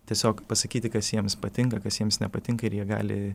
tiesiog pasakyti kas jiems patinka kas jiems nepatinka ir jie gali